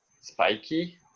spiky